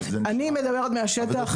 אני מדברת מהשטח.